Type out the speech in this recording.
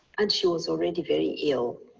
and she was already very ill.